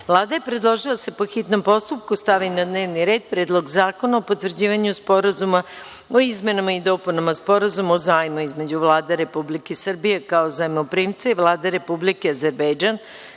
je predložila da se po hitnom postupku, stavi na dnevni red Predlog zakona o potvrđivanju Sporazuma o izmenama i dopunama Sporazuma o zajmu između Vlade Republike Srbije, kao zajmoprimca i Vlade Republike Azerbejdžan,